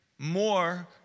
more